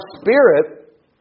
spirit